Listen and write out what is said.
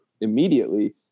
immediately